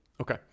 okay